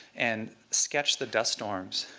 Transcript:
and sketch the dust storms,